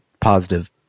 positive